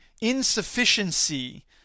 insufficiency